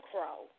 Crow